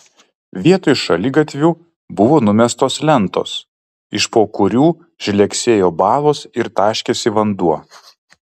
vietoj šaligatvių buvo numestos lentos iš po kurių žlegsėjo balos ir taškėsi vanduo